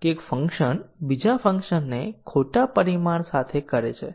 કે પ્રોગ્રામમાં તમામ DU સાંકળો આવરી લેવી આવશ્યક છે